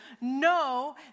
No